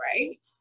right